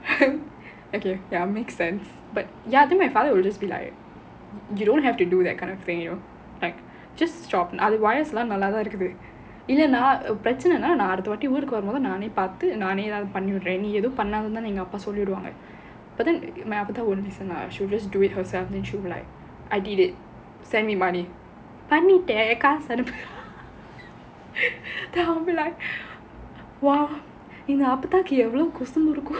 okay that make sense but ya then my father will just be like you don't have to do that kind of thing you know like just stop otherwise லாம் நல்லா தான் இருக்கு ஏதும் பிரச்சனைனா நான் அடுத்த வாட்டி நான் ஊருக்கு வரும் போது நானே பார்த்து நானே எதாவது பண்ணி விடுறேன் நீ ஏதும் பண்ணாதனு தான் எங்க அப்பா சொல்லி விடுவாங்க:laam nalla thaan irukku edhum pirachanainaa naan adutha vaatti naan oorukku varum pothu naanae paarthu ethaavathu panni viduraen nee edhum pannathanu thaan enga appa solli viduvaanga but then my அப்பத்தா:appathaa won't listen lah she will just do it herself then she will be like I did it பண்ணிட்டேன் காசு அனுப்பு:pannittaen kaasu anuppu then I will be like !wow! எங்க அப்பத்தாக்கு எவ்ளோ குசும்பு இருக்கும்:enga appathaakku evlo kusumbu irukkum